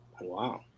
Wow